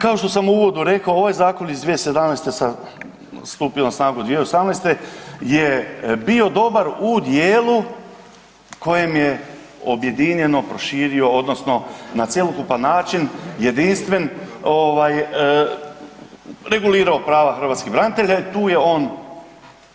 Kao što sam u uvodu reko, ovaj zakon iz 2017., stupio na snagu 2018. je bio dobar u djelu kojem je objedinjeno proširio odnosno na cjelokupan način, jedinstven regulirao prava hrvatskih branitelja i tu je on